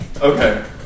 Okay